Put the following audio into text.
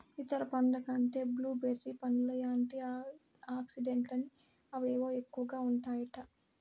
ఇతర పండ్ల కంటే బ్లూ బెర్రీ పండ్లల్ల యాంటీ ఆక్సిడెంట్లని అవేవో ఎక్కువగా ఉంటాయట